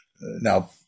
Now